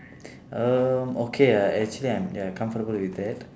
err okay ah actually I'm ya comfortable with that